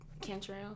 Cantrell